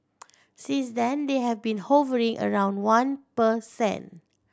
since then they have been hovering around one per cent